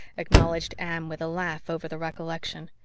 acknowledged anne, with a laugh over the recollection.